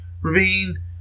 ravine